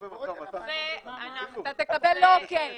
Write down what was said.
אנחנו רוצים שבפנים